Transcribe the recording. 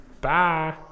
Bye